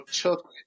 took